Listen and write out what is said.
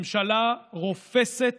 ממשלה רופסת